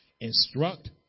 Instruct